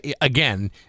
Again